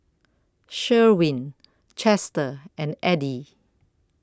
Sherwin Chester and Eddie